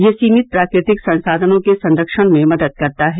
यह सीमित प्राकृतिक संसाधनों के संरक्षण में मदद करता है